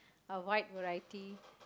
a wide variety